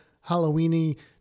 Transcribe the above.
Halloween-y